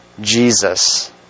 Jesus